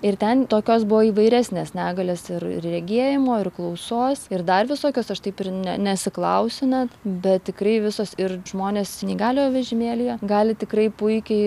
ir ten tokios buvo įvairesnės negalės ir regėjimo ir klausos ir dar visokios aš taip ir ne nesiklausiu net bet tikrai visos ir žmonės neįgaliojo vežimėlyje gali tikrai puikiai